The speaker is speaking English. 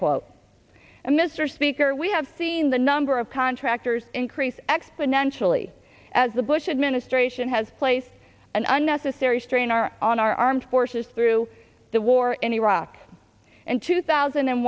quote and mr speaker we have seen the number of contractors increase exponentially as the bush administration has placed an unnecessary strain our on our armed forces through the war in iraq and two thousand and